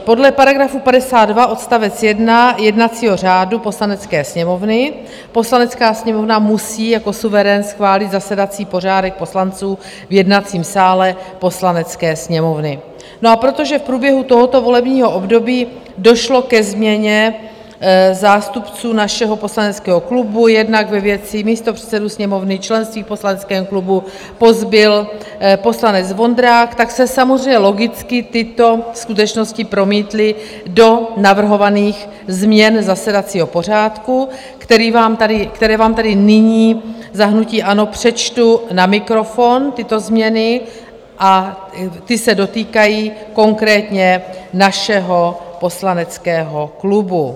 Podle § 52 odst. 1 jednacího řádu Poslanecké sněmovny Poslanecká sněmovna musí jako suverén schválit zasedací pořádek poslanců v jednacím sále Poslanecké sněmovny, a protože v průběhu tohoto volebního období došlo ke změně zástupců našeho poslaneckého klubu, jednak ve věci místopředsedů Sněmovny, členství v poslaneckém klubu pozbyl poslanec Vondrák, tak se samozřejmě logicky tyto skutečnosti promítly do navrhovaných změn zasedacího pořádku, které vám tady nyní za hnutí ANO přečtu na mikrofon, tyto změny, a ty se dotýkají konkrétně našeho poslaneckého klubu.